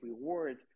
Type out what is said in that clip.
reward